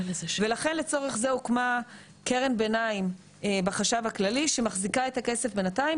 ולכן לצורך זה הוקמה קרן ביניים בחשב הכללי שמחזיקה את הכסף בינתיים.